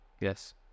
yes